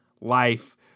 life